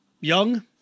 young